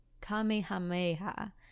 kamehameha